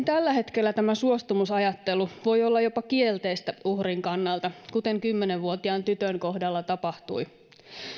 tällä hetkellä tämä suostumusajattelu voi olla jopa kielteistä uhrin kannalta kuten kymmenen vuotiaan tytön kohdalla tapahtui